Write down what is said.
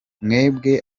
mwebwe